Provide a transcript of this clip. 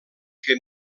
que